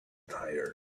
tired